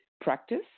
practice